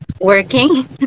working